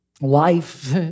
life